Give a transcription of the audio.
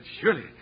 Surely